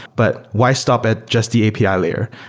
but why stop at just the api ah layer?